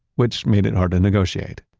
which made it hard to negotiate.